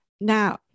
now